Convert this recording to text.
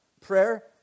Prayer